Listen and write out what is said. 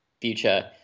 future